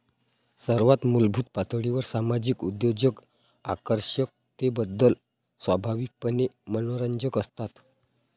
सर्वात मूलभूत पातळीवर सामाजिक उद्योजक आकर्षकतेबद्दल स्वाभाविकपणे मनोरंजक असतात